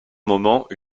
moment